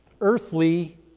earthly